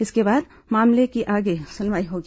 इसके बाद मामले की आगे सुनवाई होगी